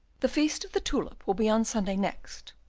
the feast of the tulip will be on sunday next,